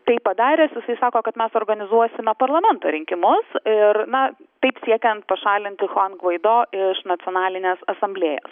tai padaręs jisai sako kad mes organizuosime parlamento rinkimus ir na taip siekiant pašalinti chuan gvaido iš nacionalinės asamblėjos